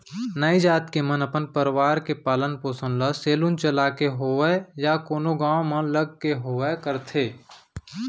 नाई जात के मन अपन परवार के पालन पोसन ल सेलून चलाके होवय या कोनो गाँव म लग के होवय करथे